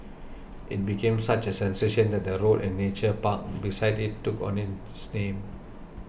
it became such a sensation that the road and nature park beside it took on its name